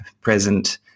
present